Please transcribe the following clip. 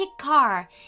car